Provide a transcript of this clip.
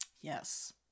Yes